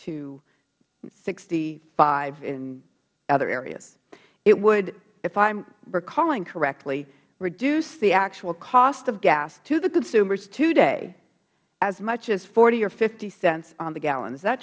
to sixty five in other areas it would if i am recalling correctly reduce the actual cost of gas to the consumers today as much as forty cents or fifty cents on the gallon is that